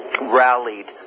rallied